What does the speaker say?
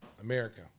America